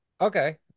Okay